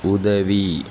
உதவி